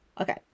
okay